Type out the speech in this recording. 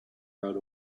rode